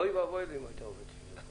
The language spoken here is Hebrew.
אוי ואבוי אם לא הייתה עובדת בשיתוף.